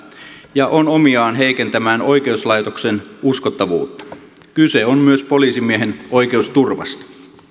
ja on omiaan heikentämään oikeuslaitoksen uskottavuutta kyse on myös poliisimiehen oikeusturvasta